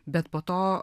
bet po to